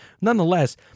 Nonetheless